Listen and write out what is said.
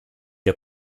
der